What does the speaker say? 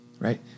right